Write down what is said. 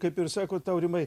kaip ir sakot aurimai